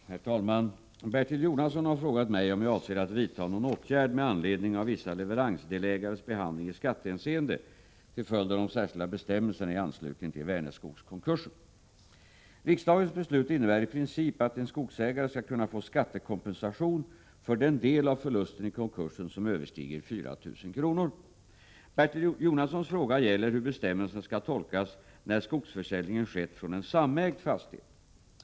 Herr talman! Bertil Jonasson har frågat mig om jag avser att vidta någon åtgärd med anledning av vissa leveransdelägares behandling i skattehänseende till följd av de särskilda bestämmelserna i anslutning till Vänerskogskonkursen. Riksdagens beslut innebär i princip att en skogsägare skall kunna få skattekompensation för den del av förlusten i konkursen som överstiger 4 000 kr. Bertil Jonassons fråga gäller hur bestämmelserna skall tolkas när skogsförsäljningen skett från en samägd fastighet.